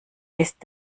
ist